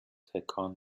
تکان